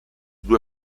due